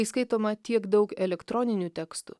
kai skaitoma tiek daug elektroninių tekstų